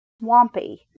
Swampy